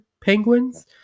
Penguins